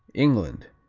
england,